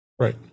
right